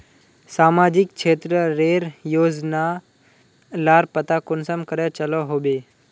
सामाजिक क्षेत्र रेर योजना लार पता कुंसम करे चलो होबे?